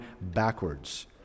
backwards